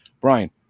Brian